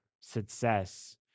success